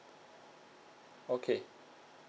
okay